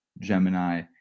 Gemini